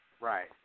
Right